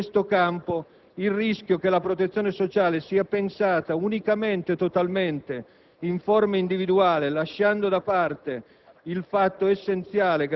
del Senato) il rischio che la protezione sociale sia pensata unicamente o totalmente in forme individuali, lasciando da parte